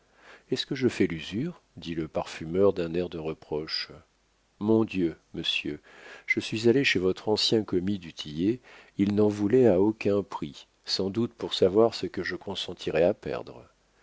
est-ce que je fais l'usure dit le parfumeur d'un air de reproche mon dieu monsieur je suis allé chez votre ancien commis du tillet il n'en voulait à aucun prix sans doute pour savoir ce que je consentirais à perdre